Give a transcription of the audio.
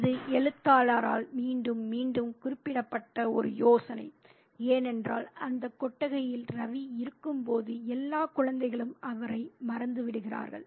இது எழுத்தாளரால் மீண்டும் மீண்டும் குறிப்பிடப்பட்ட ஒரு யோசனை ஏனென்றால் அந்த கொட்டகையில் ரவி இருக்கும்போது எல்லா குழந்தைகளும் அவரை மறந்துவிடுகிறார்கள்